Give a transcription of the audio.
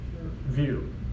view